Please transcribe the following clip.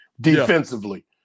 defensively